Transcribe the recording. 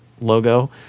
logo